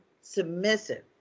submissive